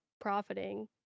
profiting